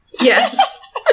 Yes